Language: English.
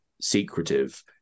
secretive